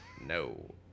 No